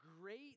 great